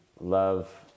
love